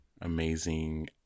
amazing